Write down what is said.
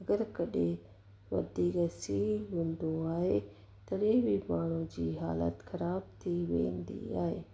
अगरि कॾहिं वधीक सीउ हूंदो आहे तॾहिं बि माण्हू जी हालति ख़राबु थी वेंदी आहे